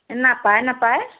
নাপায় নাপায়